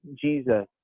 Jesus